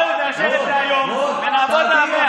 בואי ניישב את זה היום ונעבוד על ה-100%.